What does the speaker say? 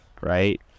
right